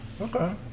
Okay